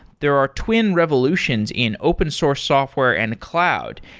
there are twin revolutions in open source software and cloud.